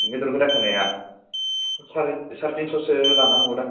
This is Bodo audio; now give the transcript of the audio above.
बेदर गोदा खानाया साराय तिनस'सो लानो हागौ दां